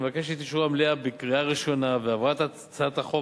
אני מבקש את אישור המליאה בקריאה ראשונה והעברת הצעת החוק